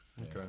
Okay